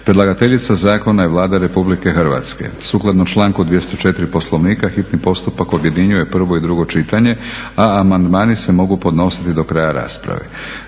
Predlagateljica zakona je Vlada RH. Sukladno članku 204. Poslovnika hitni postupak objedinjuje prvo i drugo čitanje, a amandmani se mogu podnositi do kraja rasprave.